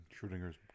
Schrodinger's